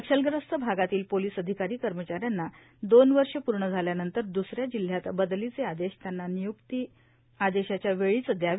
नक्षलग्रस्त भागातील पोलीस अधिकारीए कर्मचाऱ्यांना दोन वर्षे पूर्ण झाल्यानंतर द्रसऱ्या जिल्ह्यात बदलीचे आदेश त्यांना निय्क्ती आदेशाच्या वेळीच द्यावे